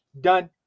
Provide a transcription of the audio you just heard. Done